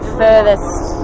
furthest